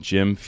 Jim